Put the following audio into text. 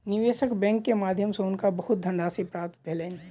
निवेशक बैंक के माध्यम सॅ हुनका बहुत धनराशि प्राप्त भेलैन